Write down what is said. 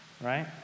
right